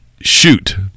shoot